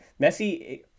Messi